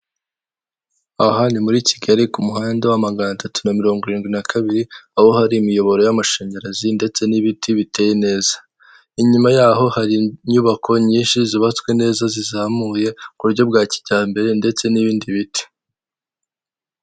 Aha ni muri Kigali ku muhanda wa magana atatu na mirongo irindwi na kabiri aho hari imiyoboro y'amashanyarazi ndetse n'ibiti biteye neza, inyuma yaho hari inyubako nyinshi zubatswe neza zizamuye ku buryo bwa kijyambere ndetse n'ibindi biti.